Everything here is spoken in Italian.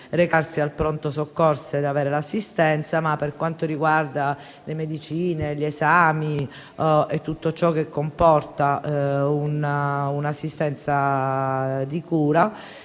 recarsi al pronto soccorso e avere l'assistenza. Ma, per quanto riguarda le medicine, gli esami e tutto ciò che comporta un'assistenza di cura,